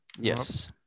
Yes